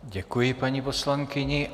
Děkuji, paní poslankyně.